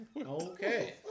Okay